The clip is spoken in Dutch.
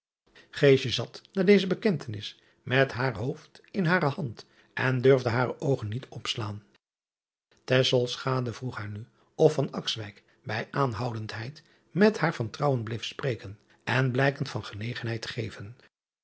zat na deze bekentenis met haar hoofd in hare hand en durfde hare oogen niet opslaan vroeg haar nu of bij aanhoudendheid met haar van trouwen bleef spreken en blijken van genegenheid geven